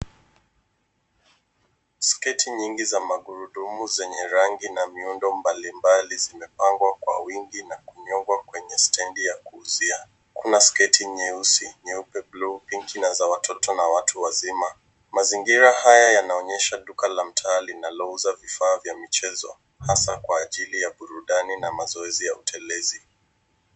Sketi nyingi za magurudumu zenye rangi na miundo mbalimbali zimepangwa kwa wingi na kunyongwa kwenye standi ya kuuzia. Kuna sketi nyeusi, nyeupe, blue, pinki na za watoto na watu wazima. Mazingira haya yanaonyesha duka la mtaa linalouza vifaa vya michezo, hasa kwa ajili ya burudani na mazoezi ya utelezi.